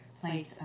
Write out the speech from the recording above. place